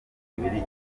ibiri